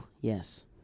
yes